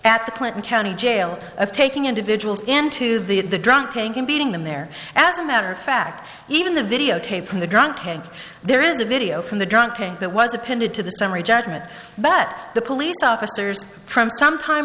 at the clinton county jail of taking individuals into the drunk tank and beating them there as a matter of fact even the videotape from the drunk tank there is a video from the drunk tank that was appended to the summary judgment but the police officers from some time